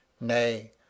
Nay